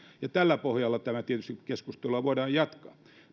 ja tällä pohjalla tietysti keskustelua voidaan jatkaa